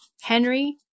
Henry